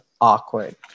awkward